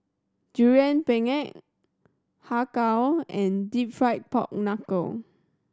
Durian Pengat Har Kow and Deep Fried Pork Knuckle